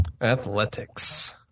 Athletics